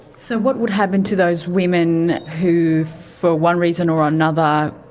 so what would happen to those women who, for one reason or another,